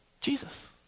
Jesus